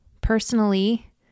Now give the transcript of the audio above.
personally